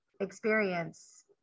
experience